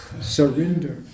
Surrender